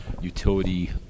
utility